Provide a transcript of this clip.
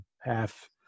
half